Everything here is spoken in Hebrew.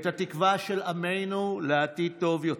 את התקווה של עמנו לעתיד טוב יותר,